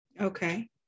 Okay